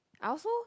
I also